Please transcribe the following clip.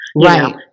Right